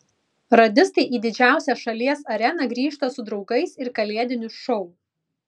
radistai į didžiausią šalies areną grįžta su draugais ir kalėdiniu šou